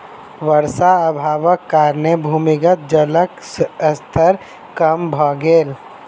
वर्षा अभावक कारणेँ भूमिगत जलक स्तर कम भ गेल